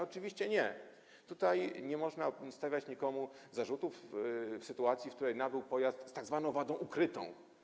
Oczywiście nie, nie można stawiać nikomu zarzutów w sytuacji, w której nabył pojazd z tzw. wadą ukrytą.